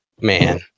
Man